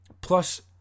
Plus